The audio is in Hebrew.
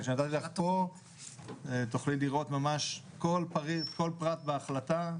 תוכלי לראות ממש כל פרט בהחלטה.